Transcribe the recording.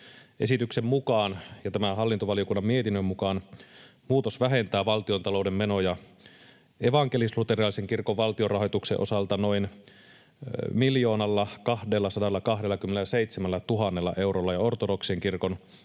Esityksen mukaan ja tämän hallintovaliokunnan mietinnön mukaan muutos vähentää valtiontalouden menoja evankelis-luterilaisen kirkon valtionrahoituksen osalta noin 1 227 000 eurolla ja ortodoksisen kirkon